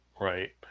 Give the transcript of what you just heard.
right